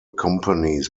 companies